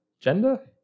gender